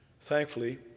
Thankfully